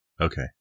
Okay